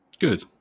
Good